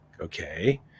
okay